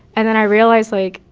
and then i realized, like,